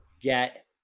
get